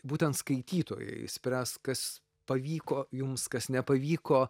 būtent skaitytojai spręs kas pavyko jums kas nepavyko